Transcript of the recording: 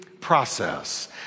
process